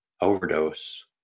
overdose